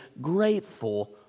grateful